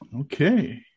Okay